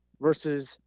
versus